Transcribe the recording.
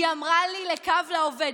היא אמרה לי: לקו לעובד.